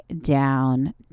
down